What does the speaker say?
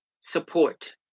support